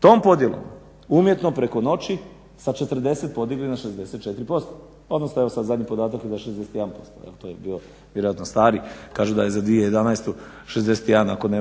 tom podjelom umjetnom preko noći sa 40 podigli na 64% odnosno zadnji podatak evo sada da je 61%. To je vjerojatno bio stari kažu da je za 2011. 61 ako ne